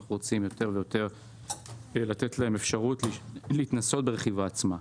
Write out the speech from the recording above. אנחנו רוצים לתת להם אפשרות להתנסות ברכיבה עצמה.